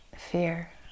Fear